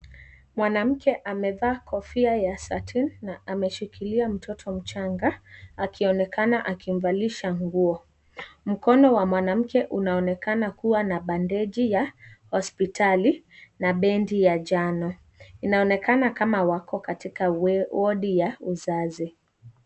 Mwanamke amevaa kofia ya satin na ameshikilia mtoto mchanga, akionekana akimvalisha nguo. Mkono wa mwanamke unaonekana kuwa na bandeji ya hospitali na bendi ya jina. Inaonekana kama wako katika wodi ya uzazi.